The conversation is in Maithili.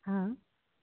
हँ